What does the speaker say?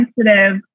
sensitive